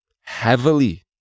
heavily